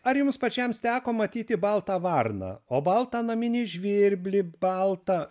ar jums pačiams teko matyti baltą varną o baltą naminį žvirblį baltą